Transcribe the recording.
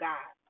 God